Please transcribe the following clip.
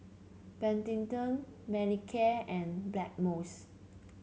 Betadine Manicare and Blackmores